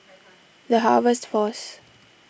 the Harvest force